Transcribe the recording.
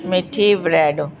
Mithi bread